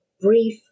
brief